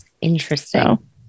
Interesting